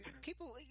people